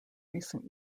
recent